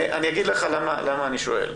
אני אגיד לך למה אני שואל.